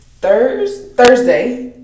Thursday